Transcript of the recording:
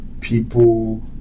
people